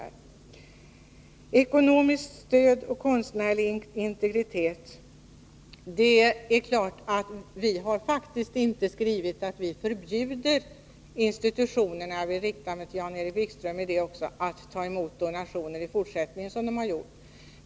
När det gäller ekonomiskt stöd och konstnärlig integritet har vi faktiskt inte skrivit att vi förbjuder institutioner — här riktar jag mig också till Jan-Erik Wikström — att även i fortsättningen ta emot donationer såsom de gjort hittills.